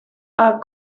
are